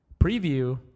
preview